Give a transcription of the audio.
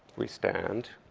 we stand